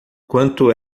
quanto